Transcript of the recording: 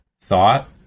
thought